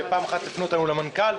ופעם אחת הפנו אותנו למנכ"ל,